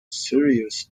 serious